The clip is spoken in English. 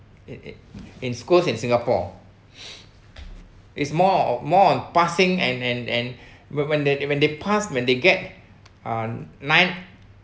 it it in schools in singapore is more of more on passing and and and when when they when they passed when they get uh nine